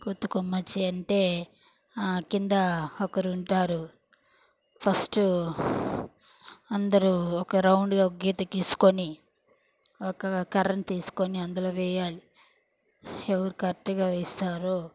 కోతికొమ్మచ్చి అంటే కింద ఒకరు ఉంటారు ఫస్ట్ అందరు ఒక రౌండ్గా గీత గీసుకొని ఒక కర్రను తీసుకొని అందులో వేయాలి ఎవరు కరెక్ట్గా వేస్తారో